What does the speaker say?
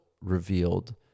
revealed